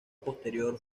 posterior